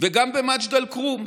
וגם במג'ד אל-כרום,